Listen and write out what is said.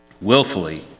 willfully